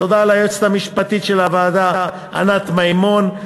תודה ליועצת המשפטית של הוועדה ענת מימון,